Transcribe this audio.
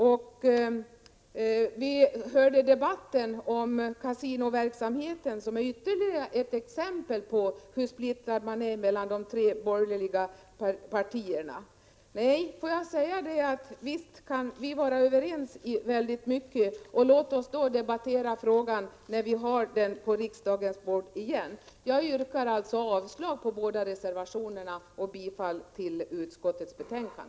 Den debatt som nyss fördes om kasinoverksamheten är ytterligare ett exempel på hur splittrade de tre borgerliga partierna är. Visst kan vi vara överens med centerpartiet och folkpartiet i mycket, men låt oss debattera frågan när vi får den på riksdagens bord igen. Jag yrkar alltså avslag på båda reservationerna och bifall till utskottets hemställan.